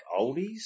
oldies